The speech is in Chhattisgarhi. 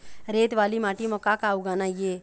रेत वाला माटी म का का उगाना ये?